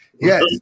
Yes